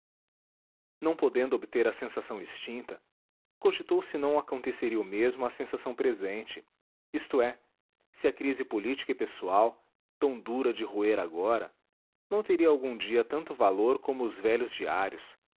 não podendo obter a sensação extinta cogitou se não aconteceria o mesmo à sensação presente isto é se a crise política e pessoal tão dura de roer agora não teria algum dia tanto valor como os velhos diários